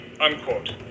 unquote